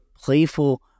playful